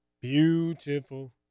beautiful